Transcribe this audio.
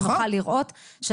שנוכל לראות,